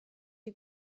you